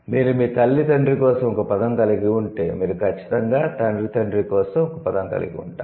మీరు మీ తల్లి 'తండ్రి' కోసం ఒక పదం కలిగి ఉంటే మీరు ఖచ్చితంగా తండ్రి 'తండ్రి' కోసం ఒక పదం కలిగి ఉంటారు